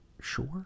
Sure